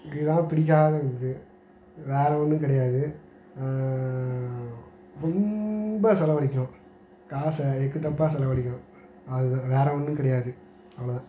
இது தான் பிடிக்காத ஒரு இது வேறு ஒன்றும் கிடையாது ரொம்ப செலவளிக்கும் காசை எக்குத்தப்பாக செலவளிக்கும் அது தான் வேறு ஒன்றும் கிடையாது அவ்வளோ தான்